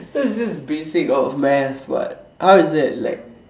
that is just the basics of math what how is that like